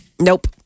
Nope